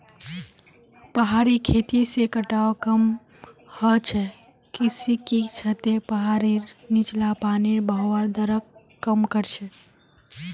पहाड़ी खेती से कटाव कम ह छ किसेकी छतें पहाड़ीर नीचला पानीर बहवार दरक कम कर छे